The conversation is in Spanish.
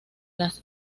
las